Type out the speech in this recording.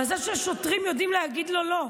מזל שהשוטרים יודעים להגיד לו לא.